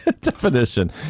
definition